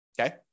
Okay